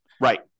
right